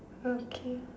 okay